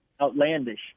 Outlandish